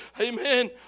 Amen